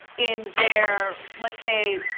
in their, let's say,